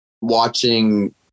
watching